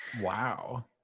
Wow